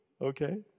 Okay